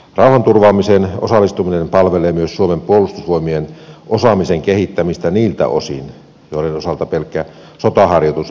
rauhanturvaamiseen osallistuminen palvelee myös suomen puolustusvoimien osaamisen kehittämistä niiltä osin joiden osalta pelkkä sotaharjoitus ei anna mahdollisuutta